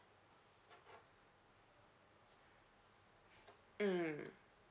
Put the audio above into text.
um